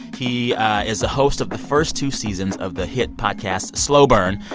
he is the host of the first two seasons of the hit podcast slow burn,